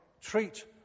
treat